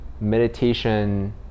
meditation